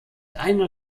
einer